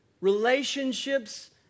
relationships